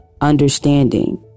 understanding